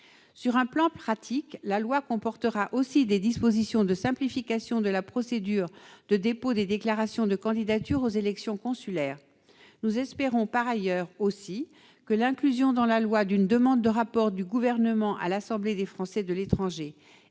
Sur un plan pratique, la loi comportera aussi des dispositions de simplification de la procédure de dépôt des déclarations de candidature aux élections consulaires. Par ailleurs, nous espérons que l'introduction dans la loi d'une demande de rapport du Gouvernement à l'Assemblée des Français de l'étranger